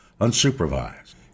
unsupervised